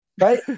right